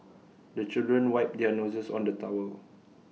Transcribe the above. the children wipe their noses on the towel